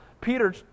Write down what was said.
Peter